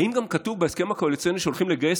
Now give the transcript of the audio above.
האם גם כתוב בהסכם הקואליציוני שהולכים לגייס